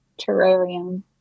terrarium